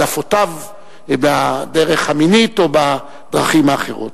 והעדפותיו בדרך המינית או בדרכים האחרות.